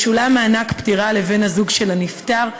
ישולם מענק פטירה לבן-הזוג של הנפטר,